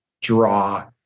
draw